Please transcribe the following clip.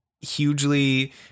hugely